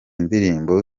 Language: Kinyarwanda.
ndirimbo